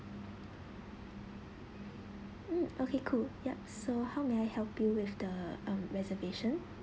mm okay cool yup so how may I help you with the um reservation